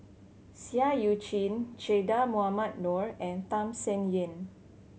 Seah Eu Chin Che Dah Mohamed Noor and Tham Sien Yen